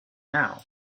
now